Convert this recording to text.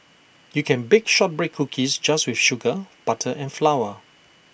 you can bake Shortbread Cookies just with sugar butter and flour